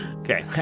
Okay